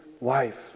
life